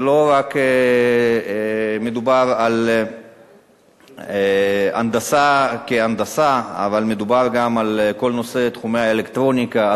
לא מדובר רק על הנדסה כהנדסה אלא גם על כל נושא תחומי האלקטרוניקה,